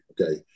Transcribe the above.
Okay